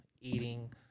eating